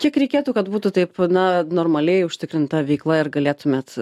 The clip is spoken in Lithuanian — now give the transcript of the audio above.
kiek reikėtų kad būtų taip na normaliai užtikrinta veikla ir galėtumėt